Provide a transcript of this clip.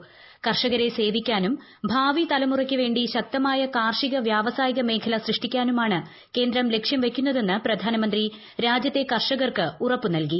വഴിതെളിക്കുമെന്നും കർഷകരെ സേവിക്കാനും ഭാവിതലമുറയ്ക്ക് വേണ്ടി ശക്തമായ കാർഷിക വ്യാവസായിക മേഖല സൃഷ്ടിക്കാനുമാണ് കേന്ദ്രം ലക്ഷ്യം വയ്ക്കുന്നതെന്ന് പ്രധാനമന്ത്രി രാജ്യത്തെ കർഷകർക്ക് ഉറപ്പുനൽകി